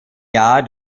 jahr